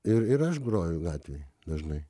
ir ir aš groju gatvėj dažnai